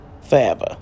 forever